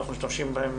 ואנחנו משתמשים בהן